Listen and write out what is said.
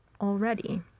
already